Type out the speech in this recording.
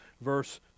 Verse